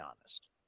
honest